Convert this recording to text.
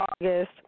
August